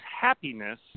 happiness